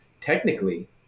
Technically